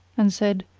and said,